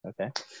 Okay